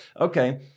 Okay